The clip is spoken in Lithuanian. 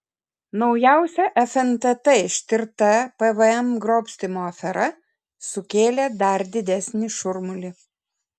naujausia fntt ištirta pvm grobstymo afera sukėlė dar didesnį šurmulį